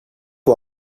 wel